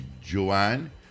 Joanne